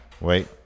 Wait